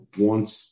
wants